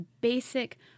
basic